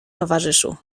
towarzyszu